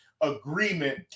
agreement